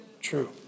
True